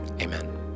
Amen